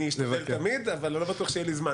אני אשתדל תמיד, אבל לא בטוח שיהיה לי זמן.